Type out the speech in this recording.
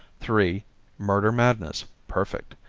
three murder madness perfect.